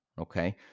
okay